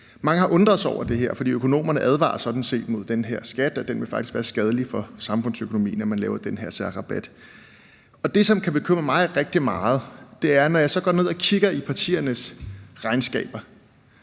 Mange har undret sig over det her, for økonomerne advarer sådan set mod den her skat. Når man laver den her særrabat, vil det faktisk være skadeligt for samfundsøkonomien. Det, som kan bekymre mig rigtig meget, er, at når jeg så går ned og kigger i partiernes regnskaber